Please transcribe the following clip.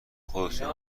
خودتون